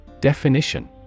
Definition